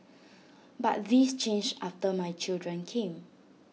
but this changed after my children came